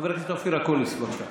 חבר הכנסת אופיר אקוניס, בבקשה.